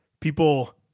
people